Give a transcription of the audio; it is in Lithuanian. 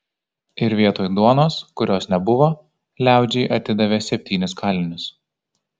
ir vietoj duonos kurios nebuvo liaudžiai atidavė septynis kalinius